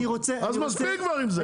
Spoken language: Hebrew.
אז מספיק כבר עם זה.